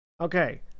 Okay